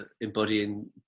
embodying